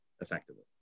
effectively